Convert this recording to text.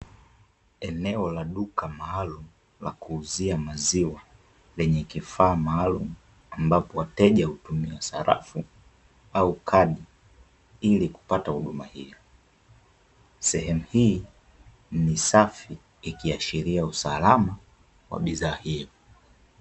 Eneo la duka maalum la kuuzia maziwa lenye kifaa maalum ambapo wateja hutumia sarafu au kadi ili kupata huduma hii, sehemu hii ni safi ikiashiria usalama wa bidhaa hii.